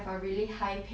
ya true